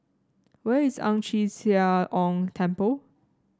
where is Ang Chee Sia Ong Temple